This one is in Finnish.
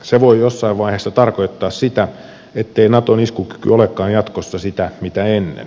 se voi jossain vaiheessa tarkoittaa sitä ettei naton iskukyky olekaan jatkossa sitä mitä ennen